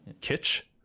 Kitch